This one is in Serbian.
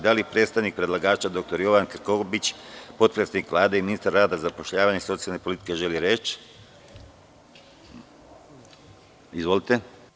Da li predstavnik predlagača dr Jovan Krkobabić, potpredsednik Vlade i ministar rada, zapošljavanja i socijalne politike, želi reč? (Da) Izvolite.